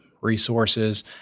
resources